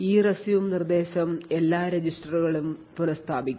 ERESUME നിർദ്ദേശം എല്ലാ രജിസ്റ്ററുകളും പുനസ്ഥാപിക്കും